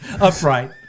upright